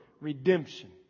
redemption